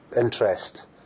Interest